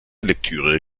lektüre